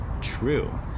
true